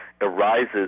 arises